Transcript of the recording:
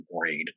grade